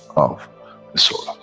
of the soul